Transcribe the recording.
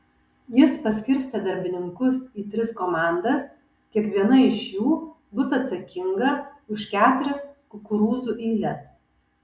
jis paskirstė darbininkus į tris komandas kiekviena iš jų bus atsakinga už keturias kukurūzų eiles